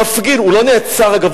הוא לא נעצר, אגב.